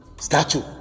statue